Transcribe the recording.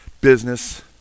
business